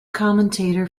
commentator